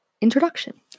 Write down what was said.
Introduction